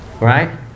Right